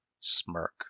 smirk